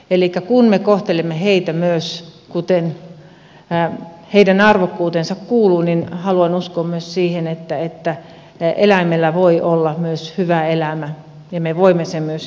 elikkä kun me kohtelemme heitä myös kuten heidän arvokkuuteensa kuuluu niin haluan uskoa siihen että eläimellä voi olla myös hyvä elämä ja me voimme sen heille tarjota